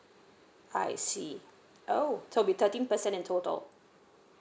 I see oh so will be thirteen percent in total